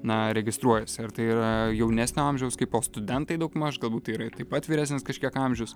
na registruojasi ar tai yra jaunesnio amžiaus kaipo studentai daugmaž galbūt tai yra ir taip pat vyresnis kažkiek amžius